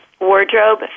wardrobe